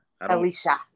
Alicia